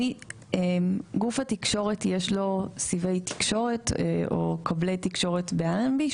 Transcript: לגוף התקשורת יש סיבי תקשורת או כבלי תקשורת באלנבי,